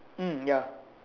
mm ya